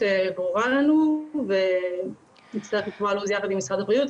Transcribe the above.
ברורה לנו ונצטרך לקבוע לו"ז יחד עם משרד הבריאות.